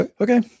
Okay